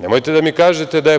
Nemojte da mi kažete da je